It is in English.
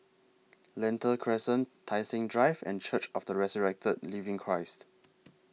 Lentor Crescent Tai Seng Drive and Church of The Resurrected Living Christ